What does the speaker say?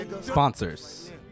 Sponsors